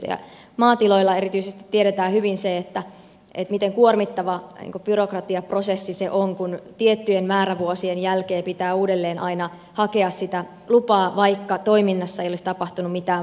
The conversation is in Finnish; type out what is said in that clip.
erityisesti maatiloilla tiedetään hyvin se miten kuormittava byrokratiaprosessi se on kun tiettyjen määrävuosien jälkeen pitää uudelleen aina hakea sitä lupaa vaikka toiminnassa ei olisi tapahtunut mitään muutosta